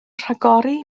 rhagori